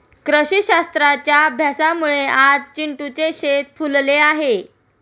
कृषीशास्त्राच्या अभ्यासामुळे आज चिंटूचे शेत फुलले आहे